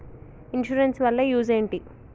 Insurance వాళ్ల use ఏంటిది?